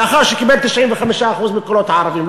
לאחר שקיבל 95% מקולות הערבים.